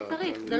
לא צריך.